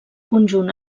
conjunt